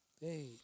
hey